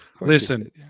Listen